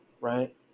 right